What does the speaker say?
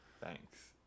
Thanks